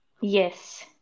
Yes